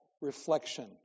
reflection